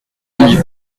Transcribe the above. allier